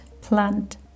plant